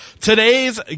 today's